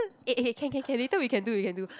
eh eh can can can later we can do we can do